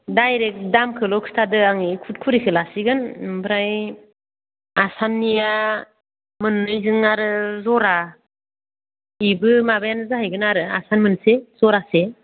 direct दामखौल' खिथादो आङो खुरखुरिखौ लासिगोन आमफ्राय आसाननिया मोननैजों आरो ज'रा बिबो माबायानो जाहैगोन आरो आसान मोनसे ज'रासे